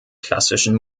klassischen